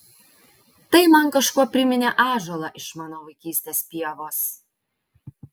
tai man kažkuo priminė ąžuolą iš mano vaikystės pievos